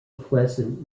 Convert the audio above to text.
pleasant